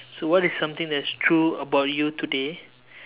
so what is something that is true about you today